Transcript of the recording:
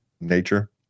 nature